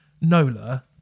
nola